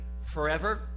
forever